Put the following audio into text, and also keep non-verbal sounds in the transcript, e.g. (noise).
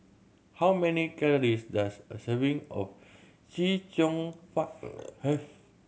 how many calories does a serving of Chee Cheong Fun (noise) have